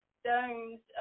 stones